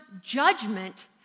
judgment